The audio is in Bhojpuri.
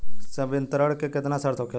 संवितरण के केतना शर्त होखेला?